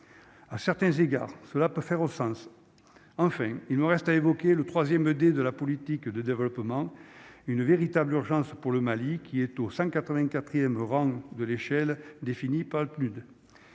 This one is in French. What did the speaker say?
à certains égards, cela peut faire au sens, enfin il me reste à évoquer le 3ème des de la politique de développement, une véritable urgence pour le Mali qui est au 100 84ème rang de l'échelle, défini par le PNUD